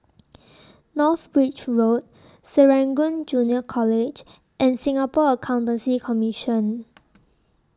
North Bridge Road Serangoon Junior College and Singapore Accountancy Commission